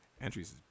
entries